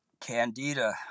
candida